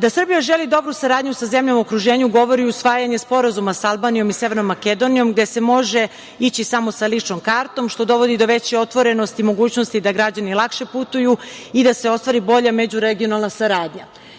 Da Srbija želi dobru saradnju sa zemljama u okruženju govori usvajanje Sporazuma sa Albanijom i sa Severnom Makedonijom gde se može ići samo sa ličnom kartom, što dovodi do veće otvorenosti i mogućnosti da građani lakše putuju i da se ostvari bolja među regionalna saradnja. Meni